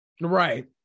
Right